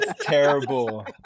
terrible